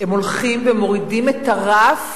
הם הולכים ומורידים את הרף